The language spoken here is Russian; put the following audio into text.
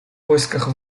поисках